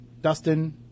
Dustin